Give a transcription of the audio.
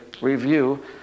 review